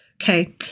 Okay